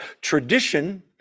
tradition